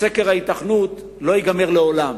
שסקר ההיתכנות לא ייגמר לעולם.